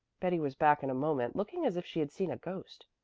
betty was back in a moment, looking as if she had seen a ghost.